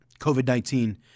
COVID-19